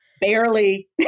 Barely